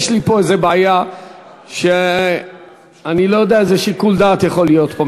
יש לי פה איזו בעיה ואני לא יודע איזה שיקול דעת יכול להיות פה.